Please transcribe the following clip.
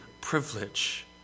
privilege